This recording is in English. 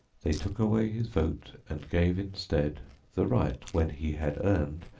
they took away his vote and gave instead the right, when he had earned,